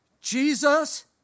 Jesus